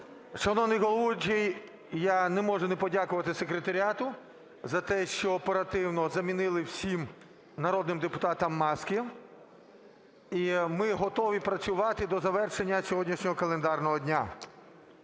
Шановний головуючий, я не можу не подякувати секретаріату за те, що оперативно замінили всім народним депутатам маски. І ми готові працювати до завершення сьогоднішнього календарного дня.